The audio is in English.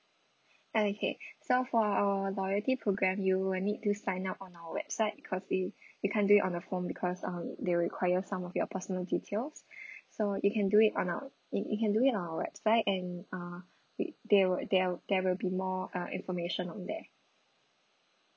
oh okay so for our loyalty program you will need to sign up on our website because it's we can't do it on the phone because um they require some of your personal details so you can do it on our you you can do it on our website and uh it there will there will there will be more uh information on there